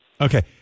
okay